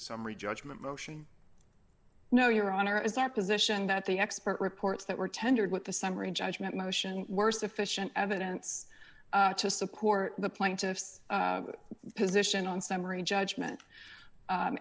summary judgment motion no your honor is our position that the expert reports that were tendered with the summary judgment motion were sufficient evidence to support the plaintiff's position on summary judgment